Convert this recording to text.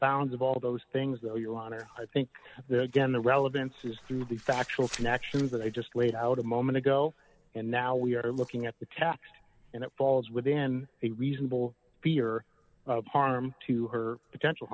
bounds of all those things though your honor i think the again the relevance is through the factual connections that i just laid out a moment ago and now we are looking at the text and it falls within a reasonable fear of harm to her potential